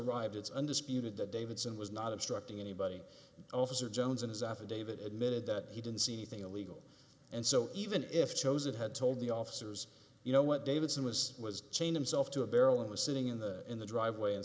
arrived it's undisputed that davidson was not obstructing anybody officer jones in his affidavit admitted that he didn't see anything illegal and so even if chosen had told the officers you know what davidson was was chained him self to a barrel and was sitting in the in the driveway and